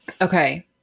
Okay